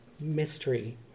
mystery